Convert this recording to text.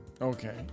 Okay